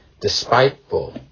despiteful